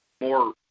more